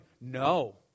no